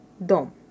Dom